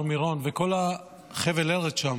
הר מירון, כל חבל הארץ שם